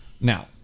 Now